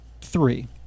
three